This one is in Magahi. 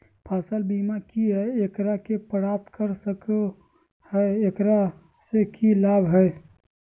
फसल बीमा की है, एकरा के प्राप्त कर सको है, एकरा से की लाभ है?